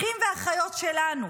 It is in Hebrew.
אחים ואחיות שלנו.